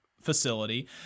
facility